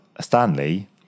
Stanley